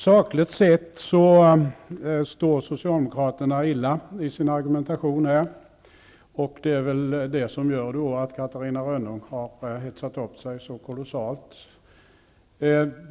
Sakligt sett står Socialdemokraterna illa rustade i sin argumentation, och det är väl det som gör att Catarina Rönnung har hetsat upp sig så kolossalt.